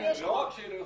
היא לא יכולה לדבר.